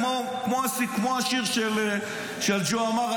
כמו השיר של ג'ו עמר,